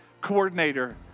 coordinator